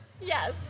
Yes